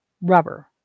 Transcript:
rubber